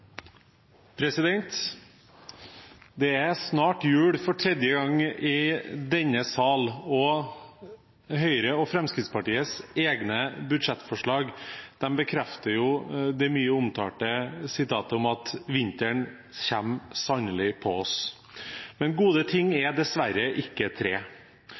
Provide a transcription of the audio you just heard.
fortsette. Det er snart jul for tredje gang i denne stortingsperioden, og Høyre og Fremskrittspartiets budsjettforslag bekrefter det mye omtalte sitatet om at vinteren kommer sannelig på oss, men alle gode ting er dessverre ikke tre.